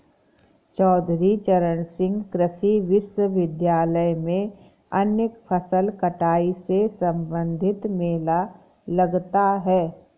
चौधरी चरण सिंह कृषि विश्वविद्यालय में अन्य फसल कटाई से संबंधित मेला लगता है